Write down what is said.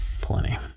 plenty